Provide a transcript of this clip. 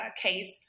case